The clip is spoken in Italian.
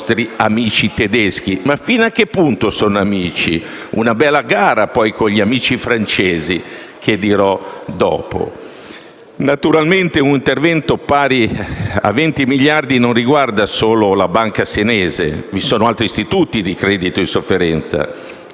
Ma fino a che punto sono amici? Una bella gara, poi, con gli amici francesi, di cui dirò dopo. Naturalmente, un intervento pari a 20 miliardi non riguarda solo la banca senese. Vi sono altri istituti di credito in sofferenza: